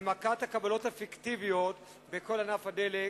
למכת הקבלות הפיקטיביות בכל ענף הדלק,